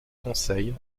conseil